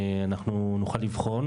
אנחנו נוכל לבחון,